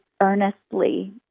earnestly